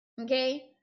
Okay